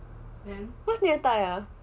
what is 虐待 ah